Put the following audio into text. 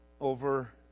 over